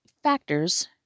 factors